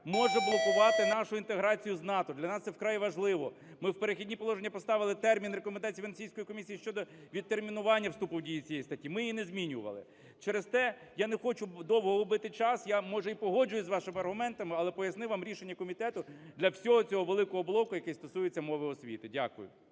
може блокувати нашу інтеграцію з НАТО. Для нас це вкрай важливо. Ми в "Перехідні положення" поставили термін "рекомендації Венеційської комісії" щодо відтермінування вступу в дію цієї статті. Ми її не змінювали. Через те я не хочу довго губити час, я, може, і погоджуюсь з вашими аргументами, але пояснив вам рішення комітету для всього цього великого блоку, який стосується мови освіти. Дякую.